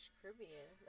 Caribbean